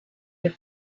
your